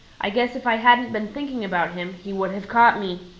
i guess if i hadn't been thinking about him, he would have caught me.